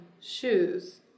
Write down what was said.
shoes